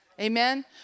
Amen